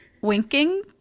winking